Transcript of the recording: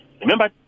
remember